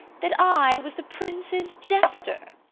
that i was the prince's jester,